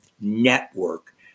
network